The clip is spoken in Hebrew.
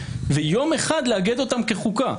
ויום אחד לאגד אותם כחוקה.